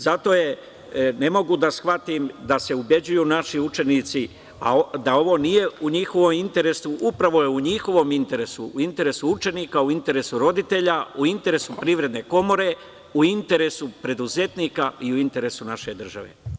Zato ne mogu da shvatim da se ubeđuju naši učenici da ovo nije u njihovom interesu, upravo je u njihovom interesu, u interesu učenika, u interesu roditelja, u interesu Privredne komore, u interesu preduzetnika i u interesu naše države.